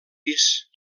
pis